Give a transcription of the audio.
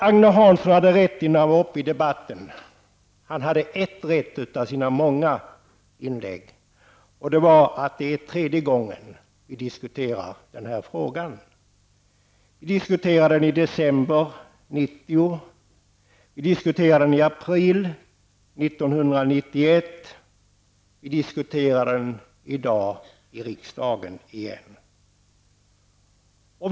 Agne Hansson hade ett rätt i sina många inlägg i debatten. Det var att det är tredje gången vi diskuterar denna fråga. Vi diskuterade den i december 1990, i april 1991 och vi diskuterar den på nytt här i riksdagen i dag.